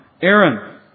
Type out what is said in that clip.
Aaron